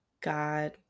God